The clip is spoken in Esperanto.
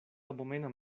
abomena